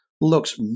looks